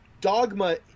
Dogma